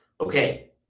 Okay